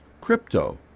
crypto